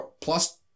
Plus